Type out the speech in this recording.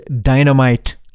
Dynamite